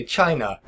China